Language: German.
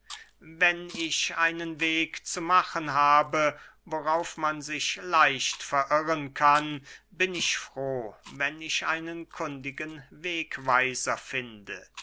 wenn ich einen weg zu machen habe worauf man sich leicht verirren kann bin ich froh wenn ich einen kundigen wegweiser finde